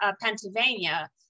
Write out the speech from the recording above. Pennsylvania